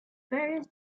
various